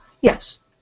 yes